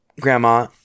Grandma